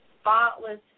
spotless